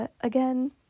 Again